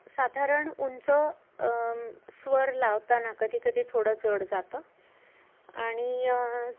साधारण उंच स्वर लावताना कधी कधी थोडं जड जातं आणि